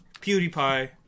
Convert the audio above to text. PewDiePie